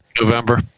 November